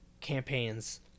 campaigns